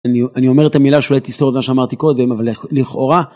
אני אומר את המילה שאולי תסתור את מה שאמרתי קודם, אבל לכאורה...